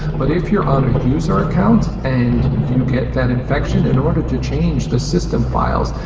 but if you're on a user account, and you get that infection, in order to change the system files,